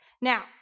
Now